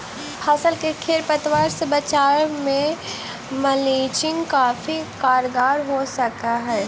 फसल के खेर पतवार से बचावे में मल्चिंग काफी कारगर हो सकऽ हई